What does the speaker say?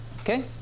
Okay